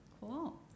Cool